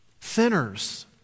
Sinners